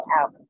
out